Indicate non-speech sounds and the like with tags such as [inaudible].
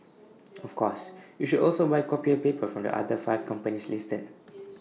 [noise] of course you should also buy copier paper from the other five companies listed